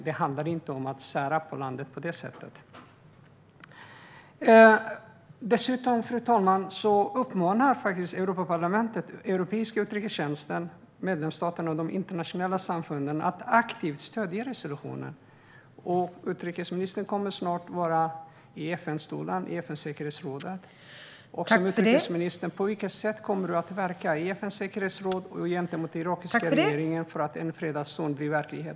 Det handlar inte om att på något sätt sära på landet. Fru talman! Dessutom uppmanar Europaparlamentet den europeiska utrikestjänsten, medlemsstaterna och de internationella samfunden att aktivt stödja resolutionen. Utrikesministern kommer snart att vara i FN-stolen i säkerhetsrådet. På vilka sätt kommer utrikesministern att verka i FN:s säkerhetsråd och gentemot den irakiska regeringen för att en fredad zon blir verklighet?